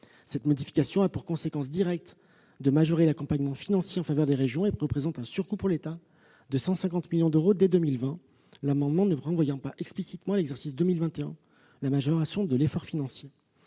Cette modification a pour conséquence directe de majorer l'accompagnement financier en faveur des régions et représente un surcoût pour l'État de 150 millions d'euros, dès 2020. En effet, l'amendement ne renvoie pas explicitement la majoration de l'effort financier